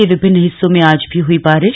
के विभिन्न हिस्सों में आज भी हयी बारि